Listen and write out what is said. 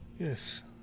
Yes